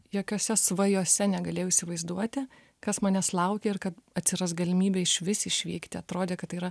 jokiose svajose negalėjau įsivaizduoti kas manęs laukia ir kad atsiras galimybė išvis išvykti atrodė kad tai yra